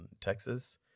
Texas